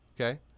Okay